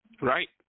Right